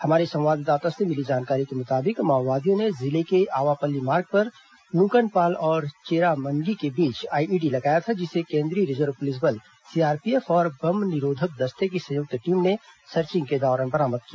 हमारे संवाददाता से मिली जानकारी के मुताबिक माओवादियों ने जिले के आवापल्ली मार्ग पर नूकनपाल और चेरामन्गी के बीच आईईडी लगाया था जिसे केंद्रीय रिजर्व पुलिस बल सीआरपीएफ और बम निरोधक दस्ते की संयुक्त टीम ने सर्चिंग के दौरान बरामद किया